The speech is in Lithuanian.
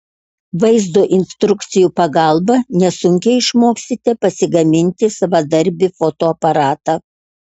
vaizdo instrukcijų pagalba nesunkiai išmoksite pasigaminti savadarbį fotoaparatą